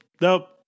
nope